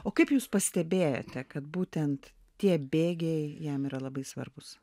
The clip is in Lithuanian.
o kaip jūs pastebėjote kad būtent tie bėgiai jam yra labai svarbūs